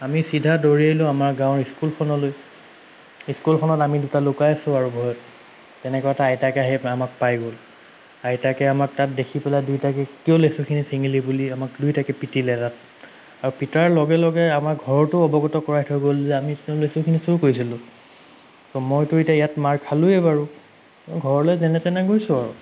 আমি চিধা দৌৰিলোঁ আমাৰ গাঁৱৰ স্কুলখনলৈ স্কুলখনত আমি দুটা লুকাই আছোঁ আৰু ভয়ত তেনেকুৱাতে আইতাক আহি আমাক পাই গ'ল আইতাকে আমাক তাত দেখি পেলাই দুইটাকে কেলৈ লেচুখিনি চিঙিলি বুলি দুইটাকে আমাক পিটিলে তাত আৰু পিটাৰ লগে লগে আমাৰ ঘৰতো অৱগত কৰাই থৈ গ'ল যে আমি তেওঁ লেচুখিনি চুৰ কৰিছিলোঁ তো মইতো ইয়াত মাৰ খালোঁৱেই বাৰু ঘৰলৈ যেনে তেনে গৈছোঁ আৰু